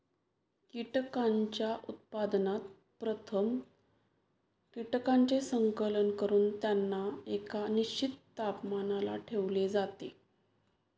कीटकांच्या उत्पादनात प्रथम कीटकांचे संकलन करून त्यांना एका निश्चित तापमानाला ठेवले जाते